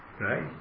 right